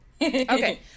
okay